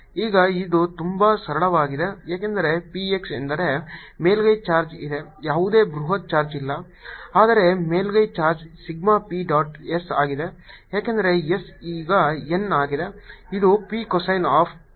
ಈಗ ಇದು ತುಂಬಾ ಸರಳವಾಗಿದೆ ಏಕೆಂದರೆ P x ಎಂದರೆ ಮೇಲ್ಮೈ ಚಾರ್ಜ್ ಇದೆ ಯಾವುದೇ ಬೃಹತ್ ಚಾರ್ಜ್ ಇಲ್ಲ ಆದರೆ ಮೇಲ್ಮೈ charge sigma P dot S ಆಗಿದೆ ಏಕೆಂದರೆ S ಈಗ n ಆಗಿದೆ ಇದು P cosine ಆಫ್ phi ಆಗಿದೆ